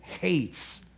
hates